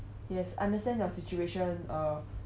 yes understand your situation uh